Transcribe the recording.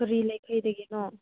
ꯀꯔꯤ ꯂꯩꯀꯥꯏꯗꯒꯤꯅꯣ